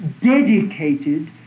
dedicated